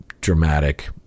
dramatic